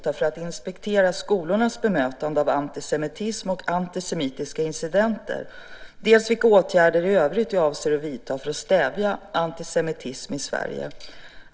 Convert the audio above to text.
Fru talman! Ulrik Lindgren har frågat mig dels vilka åtgärder jag avser vidta för att inspektera skolornas bemötande av antisemitism och antisemitiska incidenter, dels vilka åtgärder i övrigt jag avser att vidta för att stävja antisemitism i Sverige.